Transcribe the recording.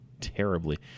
terribly